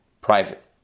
Private